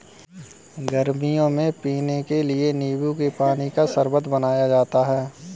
गर्मियों में पीने के लिए नींबू के पानी का शरबत बनाया जाता है